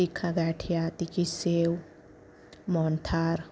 તીખા ગાંઠિયા તીખી સેવ મોહનથાળ